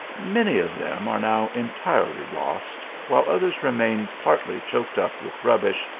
many of them are now entirely lost, while others remain, partly choked up with rubbish,